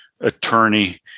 attorney